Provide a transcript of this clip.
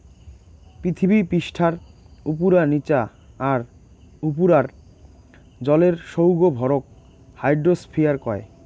পিথীবি পিষ্ঠার উপুরা, নিচা আর তার উপুরার জলের সৌগ ভরক হাইড্রোস্ফিয়ার কয়